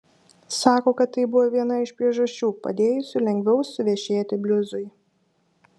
sako kad tai buvo viena iš priežasčių padėjusių lengviau suvešėti bliuzui